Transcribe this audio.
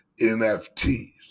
NFTs